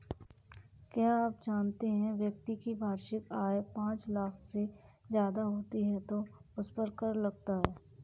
क्या आप जानते है व्यक्ति की वार्षिक आय पांच लाख से ज़्यादा होती है तो उसपर कर लगता है?